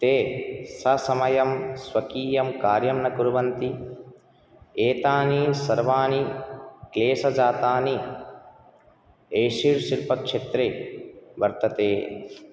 ते ससमयं स्वकीयं कार्यं न कुर्वन्ति एतानि सर्वाणि क्लेसजातानि एशिड् शिल्पक्षेत्रे वर्तते